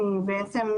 כי בעצם,